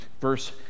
verse